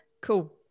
Cool